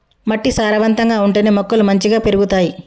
మట్టి సారవంతంగా ఉంటేనే మొక్కలు మంచిగ పెరుగుతాయి